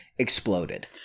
exploded